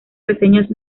reseñas